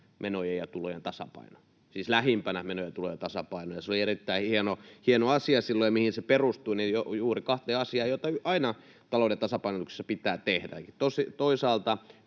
menojen ja tulojen tasapaino — siis lähimpänä menojen ja tulojen tasapaino. Se oli erittäin hieno asia silloin, ja se perustui juuri kahteen asiaan, joita aina talouden tasapainotuksessa pitää tehdä: toisaalta